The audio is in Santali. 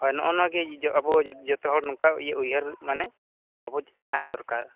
ᱦᱳᱭ ᱱᱚᱜᱼᱚ ᱱᱚᱣᱟᱜᱮ ᱟᱵᱚ ᱡᱚᱛᱚᱦᱚᱲ ᱱᱚᱝᱠᱟ ᱤᱭᱟᱹ ᱩᱭᱦᱟᱹᱨ ᱢᱟᱱᱮ ᱵᱩᱡᱽ ᱛᱟᱦᱮᱸ ᱫᱚᱨᱠᱟᱨ